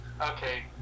Okay